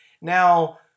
Now